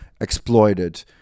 exploited